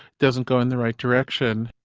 doesn't go in the right direction.